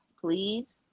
please